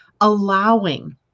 allowing